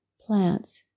plants